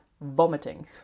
vomiting